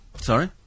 Sorry